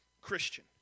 Christian